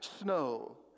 snow